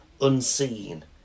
unseen